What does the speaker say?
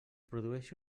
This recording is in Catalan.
produeixi